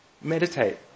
Meditate